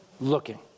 looking